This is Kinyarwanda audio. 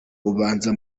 ubanza